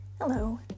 Hello